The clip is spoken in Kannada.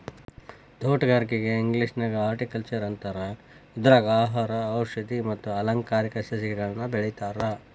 ತೋಟಗಾರಿಕೆಗೆ ಇಂಗ್ಲೇಷನ್ಯಾಗ ಹಾರ್ಟಿಕಲ್ಟ್ನರ್ ಅಂತಾರ, ಇದ್ರಾಗ ಆಹಾರ, ಔಷದಿ ಮತ್ತ ಅಲಂಕಾರಿಕ ಸಸಿಗಳನ್ನ ಬೆಳೇತಾರ